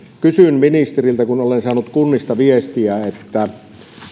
kysyn ministeriltä kun olen saanut kunnista viestiä että